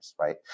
right